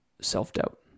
self-doubt